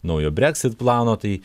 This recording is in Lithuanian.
naujo brexit plano tai